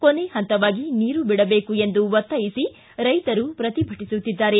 ಕೊನೆ ಹಂತವಾಗಿ ನೀರು ಬಿಡಬೇಕು ಎಂದು ಒತ್ತಾಯಿಸಿ ರೈತರು ಪ್ರತಿಭಟಿಸುತ್ತಿದ್ದಾರೆ